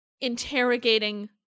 interrogating